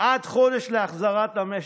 עד חודש להחזרת המשק.